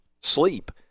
sleep